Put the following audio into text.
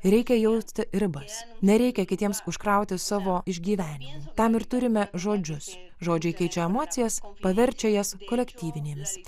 reikia jausti ribas nereikia kitiems užkrauti savo išgyvenimų tam ir turime žodžius žodžiai keičia emocijas paverčia jas kolektyvinėmis